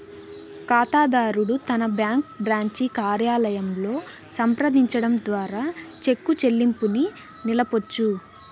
కాతాదారుడు తన bank branch కార్యాలయంలో సంప్రదించడం ద్వారా చెక్కు చెల్లింపుని నిలపొచ్చు